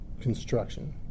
construction